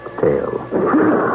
tale